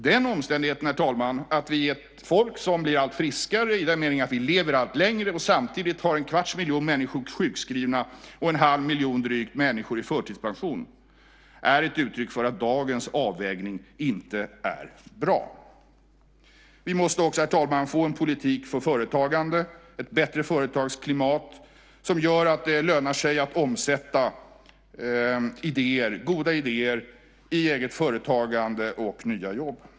Den omständigheten, herr talman, att vi är ett folk som blir allt friskare i den meningen att vi lever allt längre och samtidigt har en kvarts miljon människor sjukskrivna och drygt en halv miljon människor i förtidspension är ett uttryck för att dagens avvägning inte är bra. Vi måste också, herr talman, få en politik för företagande, ett bättre företagsklimat som gör att det lönar sig att omsätta goda idéer i eget företagande och nya jobb.